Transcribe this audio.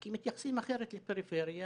כי מתייחסים אחרת לפריפריה,